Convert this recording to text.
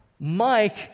Mike